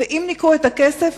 ואם ניכו את הכסף,